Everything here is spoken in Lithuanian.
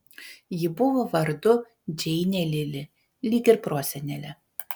ji buvo vardu džeinė lili lyg ir prosenelė